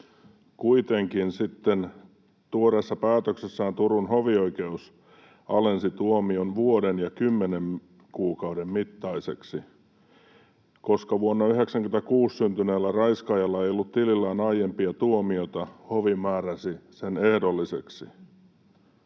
Kuitenkin sitten tuoreessa päätöksessään Turun hovioikeus alensi tuomion vuoden ja kymmenen kuukauden mittaiseksi. Koska vuonna 96 syntyneellä raiskaajalla ei ollut tilillään aiempia tuomioita, hovi määräsi sen ehdolliseksi.